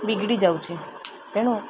ବିଗିଡ଼ି ଯାଉଛି ତେଣୁ